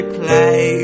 play